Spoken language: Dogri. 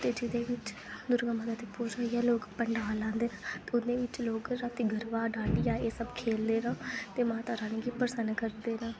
ते जेह्दे बिच दुर्गा माता दी पूजा गै लोक पंडाल लांदे जेह्दे च लोक गरवा डांडियां एह् सब खेढ़दे न ते मता रानी गी प्रसन्न करदे न